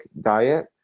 diet